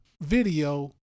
video